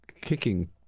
kicking